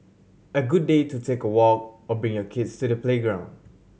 a good day to take a walk or bring your kids to the playground